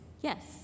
yes